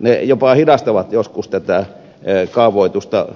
ne valitukset jopa hidastavat joskus kaavoitusta